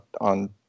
on